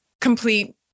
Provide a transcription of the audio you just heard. complete